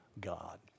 God